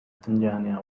tanzania